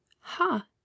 ha